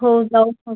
हो जाऊ पण